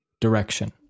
direction